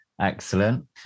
Excellent